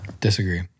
Disagree